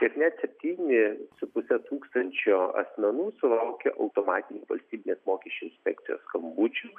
ir net septyni su puse tūkstančio asmenų sulaukė automatinių valstybinės mokesčių inspekcijos skambučių